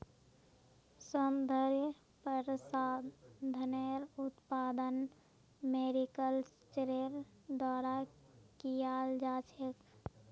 सौन्दर्य प्रसाधनेर उत्पादन मैरीकल्चरेर द्वारा कियाल जा छेक